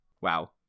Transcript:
Wow